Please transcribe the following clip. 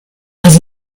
does